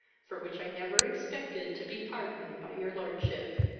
for which i never expected to be pardoned by your lordship.